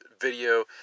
video